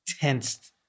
tensed